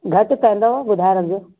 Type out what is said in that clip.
घटि पवंदव ॿुधाए रखिजो